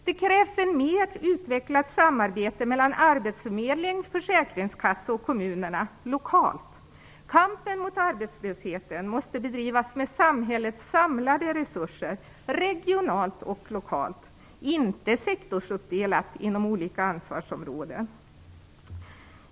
Det krävs ett mer utvecklat samarbete mellan arbetsförmedling, försäkringskassa och kommunerna lokalt. Kampen mot arbetslösheten måste bedrivas med samhällets samlade resurser regionalt och lokalt, inte sektorsuppdelat inom olika ansvarsområden.